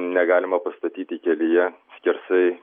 negalima pastatyti kelyje skersai